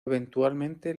eventualmente